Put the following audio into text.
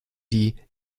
die